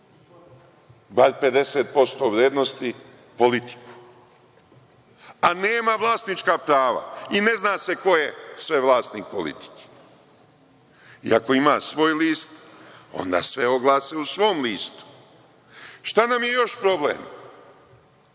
bar 50% vrednosti „Politiku“, a nema vlasnička prava i ne zna se ko je sve vlasnik „Politike“. I ako ima svoj list, onda sve oglašava u svom listu. Šta nam je još problem?